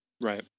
right